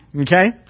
Okay